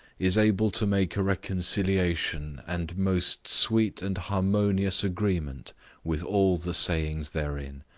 is able to make a reconciliation and most sweet and harmonious agreement with all the sayings therein,